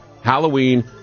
Halloween